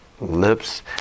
lips